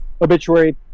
obituary